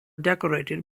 decorated